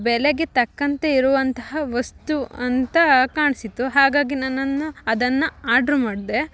ಬೆಲೆಗೆ ತಕ್ಕಂತೆ ಇರುವಂತಹ ವಸ್ತು ಅಂತ ಕಾಣ್ಸಿತು ಹಾಗಾಗಿ ನನ್ನನ್ನು ಅದನ್ನ ಆರ್ಡ್ರ್ ಮಾಡಿದೆ